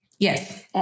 Yes